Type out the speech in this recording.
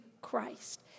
Christ